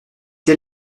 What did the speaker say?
tel